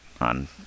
on